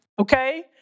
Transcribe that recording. Okay